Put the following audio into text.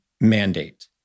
mandate